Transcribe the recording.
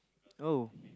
oh